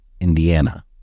Indiana